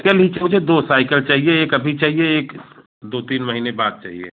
चलिए मुझे दो साइकल चाहिए एक अभी चाहिए एक दो तीन महीने बाद चाहिए